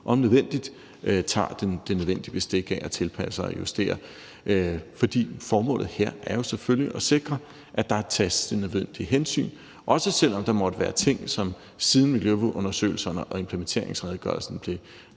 om nødvendigt tager det nødvendige bestik af, og som vi vil tilpasse og justere på baggrund af. For formålet er jo selvfølgelig at sikre, at der tages de nødvendige hensyn, også selv om der måtte være ting, som siden mljøundersøgelserne og implementeringsredegørelsen